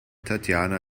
tatjana